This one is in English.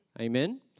Amen